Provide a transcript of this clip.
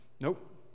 Nope